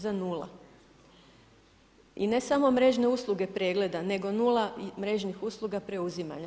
Za nula i ne samo mrežne usluge pregleda nego nula mrežnih usluga preuzimanja.